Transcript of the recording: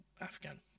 Afghan